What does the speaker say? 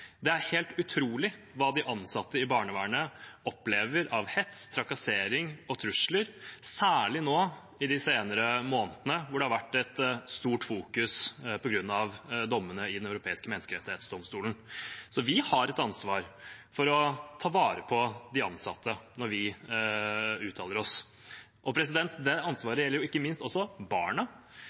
Det er helt utrolig hva de ansatte i barnevernet opplever av hets, trakassering og trusler, særlig nå i de senere månedene, da det har vært mye fokusering på grunn av dommene i Den europeiske menneskerettsdomstol. Så vi har et ansvar for å ta vare på de ansatte når vi uttaler oss. Det ansvaret gjelder ikke minst også